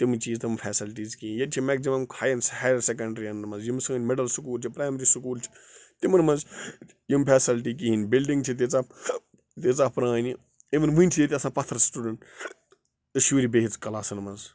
تِم چیٖز تِم فٮ۪سَلٹیٖز کینٛہہ ییٚتہِ چھِ مٮ۪کزِمِم ہایَر سٮ۪کَنڈِرٛیَن منٛز یِم سٲنۍ مِڈٕل سکوٗل چھِ پرٛایمٕری سکوٗل چھِ تِمَن منٛز یِم فٮ۪سَلٹی کِہیٖنۍ بِلڈِنٛگ چھِ تیٖژاہ تیٖژاہ پرٛانہِ اِوٕن وٕنۍ چھِ ییٚتہِ آسان پَتھَر سِٹوٗڈَنٛٹ شُرۍ بِہِتھ کَلاسَن منٛز